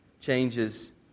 changes